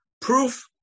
Proof